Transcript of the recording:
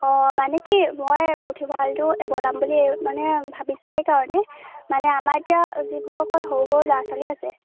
অঁ মানে কি মই পুথিভঁৰাালটো এই বনাম বুলি মানে ভাবিছোঁ এইকাৰণে মানে আমাৰ এতিয়া যিবোৰ অকল সৰু সৰু ল'ৰা ছোৱালী আছে